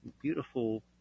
beautiful